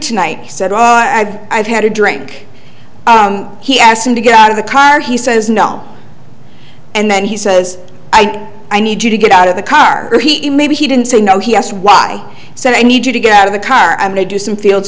tonight he said i've i've had a drink he asked him to get out of the car he says no and then he says i i need you to get out of the car he maybe he didn't say no he asked why i said i need you to get out of the car i may do some field